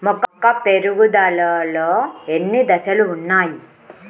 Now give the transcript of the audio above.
మొక్క పెరుగుదలలో ఎన్ని దశలు వున్నాయి?